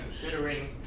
considering